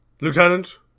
Lieutenant